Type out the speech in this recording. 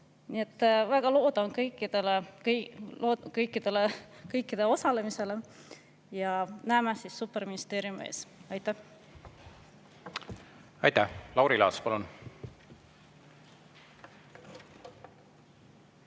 Väga loodan kõikide osalemist ja näeme siis superministeeriumi ees. Aitäh! Lauri Laats, palun!